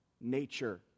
nature